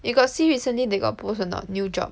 you got see recently they got post a not new job